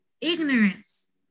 ignorance